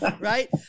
Right